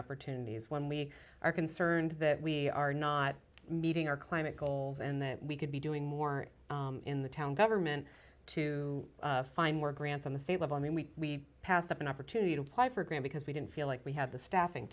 opportunities when we are concerned that we are not meeting our climate goals and that we could be doing more in the town government to find more grants on the state level i mean we passed up an opportunity to apply for graham because we didn't feel like we had the staffing